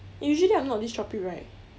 usually I'm not this choppy right